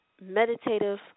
Meditative